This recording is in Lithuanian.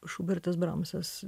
šubertas bramsas